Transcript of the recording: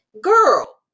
girl